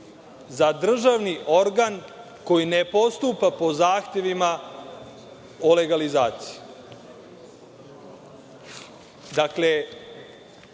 za državni organ koji ne postupa po zahtevima o legalizaciji. Teorijski,